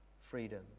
freedom